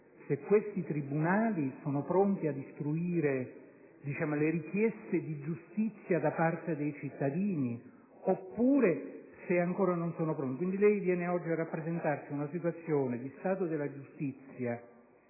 se questi tribunali sono pronti ad istruire le richieste di giustizia da parte dei cittadini o se ancora non lo sono? Lei viene oggi a rappresentarci una situazione di stato della giustizia